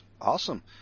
Awesome